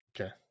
Okay